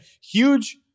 huge